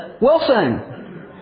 Wilson